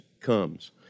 comes